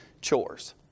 chores